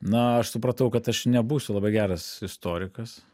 na aš supratau kad aš nebūsiu labai geras istorikas